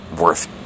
worth